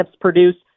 produced